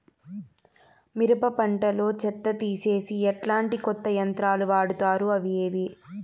మిరప పంట లో చెత్త తీసేకి ఎట్లాంటి కొత్త యంత్రాలు వాడుతారు అవి ఏవి?